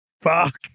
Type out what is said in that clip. Fuck